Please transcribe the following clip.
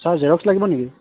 sir xerox লাগিব নেকি